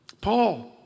Paul